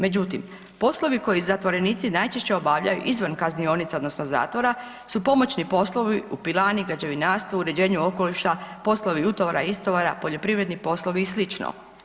Međutim, poslovi koji zatvorenici najčešće obavljaju izvan kaznionica odnosno zatvora su pomoćni poslovi u pilani, građevinarstvu, uređenju okoliša, poslovi utovara, istovara, poljoprivredni poslovi i slično.